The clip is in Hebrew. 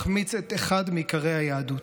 מחמיץ את אחד מעיקרי היהדות.